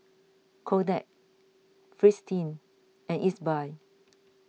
Kodak Fristine and Ezbuy